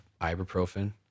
ibuprofen